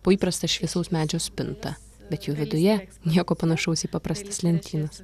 po įprastą šviesaus medžio spintą bet jų viduje nieko panašaus į paprastas lentynas